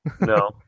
No